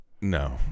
No